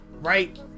Right